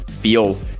feel